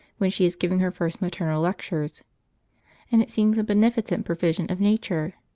when she is giving her first maternal lectures and it seems a beneficent provision of nature.